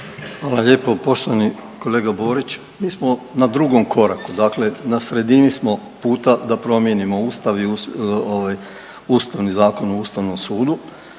Hvala lijepo. Poštovani kolega Borić, mi smo na drugom koraku, dakle na sredini smo puta da promijenimo ustav i ovaj Ustavni zakon